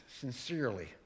sincerely